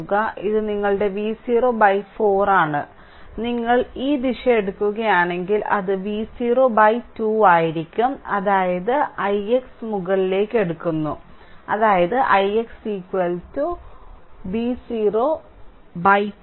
ഇത് നിങ്ങളുടെ V0 4 ആണ് നിങ്ങൾ ഈ ദിശ എടുക്കുകയാണെങ്കിൽ അത് V0 2 ആയിരിക്കും അതായത് ix മുകളിലേക്ക് എടുക്കുന്നു അതായത് ix V0 2